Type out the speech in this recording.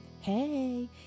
Hey